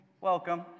Welcome